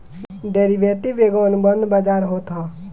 derivative एगो अनुबंध बाजार होत हअ